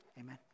amen